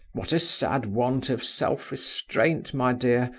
what a sad want of self-restraint, my dear,